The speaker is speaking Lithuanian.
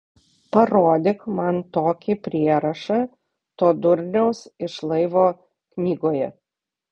parodyk man tokį prierašą to durniaus iš laivo knygoje